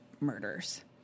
murders